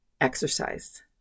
exercise